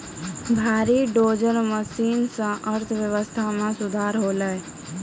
भारी dozer machine सें अर्थव्यवस्था मे सुधार होलय